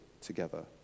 together